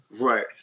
Right